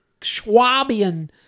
Schwabian